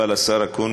אבל, השר אקוניס,